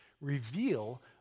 reveal